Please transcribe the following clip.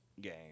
game